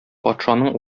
патшаның